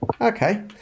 Okay